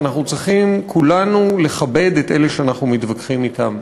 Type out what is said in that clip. אנחנו צריכים כולנו לכבד את אלה שאנחנו מתווכחים אתם.